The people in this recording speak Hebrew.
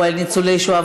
הוא על ניצולי שואה,